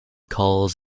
calls